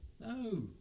No